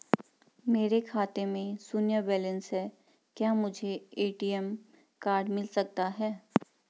मेरे खाते में शून्य बैलेंस है क्या मुझे ए.टी.एम कार्ड मिल सकता है?